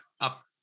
up